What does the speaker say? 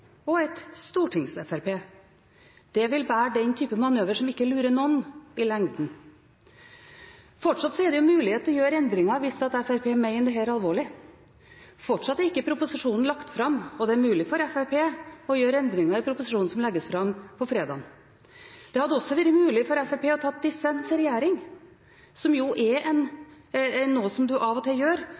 og et stortings-FrP. Det vil være den typen manøver som ikke lurer noen i lengden. Fortsatt er det mulighet til å gjøre endringer hvis Fremskrittspartiet mener dette alvorlig. Fortsatt er ikke proposisjonen lagt fram, og det er mulig for Fremskrittspartiet å gjøre endringer i proposisjonen som legges fram fredag. Det hadde også vært mulig for Fremskrittspartiet å ta dissens i regjering, noe en av og til gjør når en er dypt uenig i det som